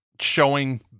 showing